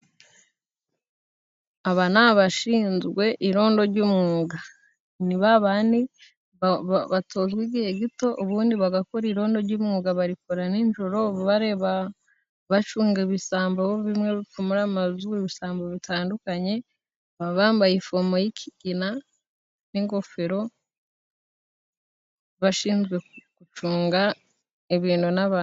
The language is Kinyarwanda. Aba ni abashinzwe irondo ry'umwuga ni n'abandi ba batozwa igihe gito ubundi bagakora irondo ry'umwuga barikora nijoro bari bacunga ibisambo bimwe, ibisambo bitandukanye, baba bambaye ifomuy'ikigina n'ingofero bashinzwe gucunga ibintu n'ba..